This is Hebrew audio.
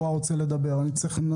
לדבר?